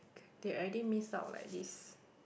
they already miss out like this